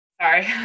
sorry